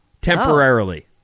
temporarily